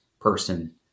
person